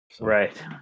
Right